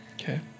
Okay